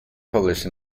published